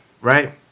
right